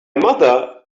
mother